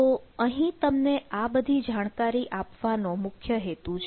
તો અહીં તમને આ બધી જાણકારી આપવાનો અહીં મુખ્ય હેતુ છે